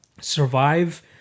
survive